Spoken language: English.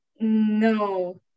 no